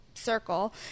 Circle